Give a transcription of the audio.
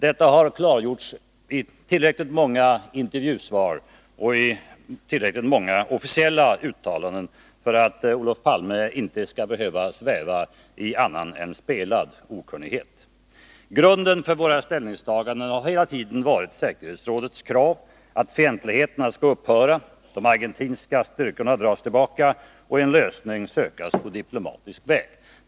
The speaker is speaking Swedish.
Detta har klargjorts i tillräckligt många intervjusvar och officiella uttalanden för att Olof Palme inte skall behöva sväva i annan än spelad okunnighet. Grunden för våra ställningstaganden har hela tiden varit säkerhetsrådets krav att fientligheterna skall upphöra, de argentinska styrkorna dras tillbaka och en lösning sökas på diplomatisk väg.